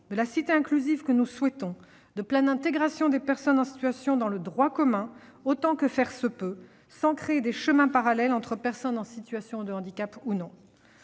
de la cité inclusive que nous souhaitons, de la pleine intégration des personnes en situation de handicap dans le droit commun autant que faire se peut, sans créer de chemins parallèles entre les personnes en situation de handicap et les